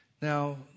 Now